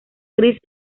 gris